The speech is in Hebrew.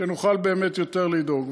שנוכל באמת יותר לדאוג.